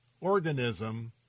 organism